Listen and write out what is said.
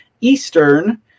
Eastern